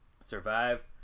survive